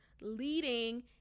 leading